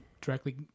directly